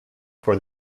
for